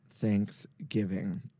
Thanksgiving